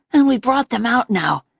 and we brought them out now,